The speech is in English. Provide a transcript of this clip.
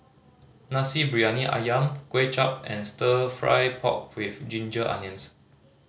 Nasi Briyani Ayam Kway Chap and Stir Fry pork with ginger onions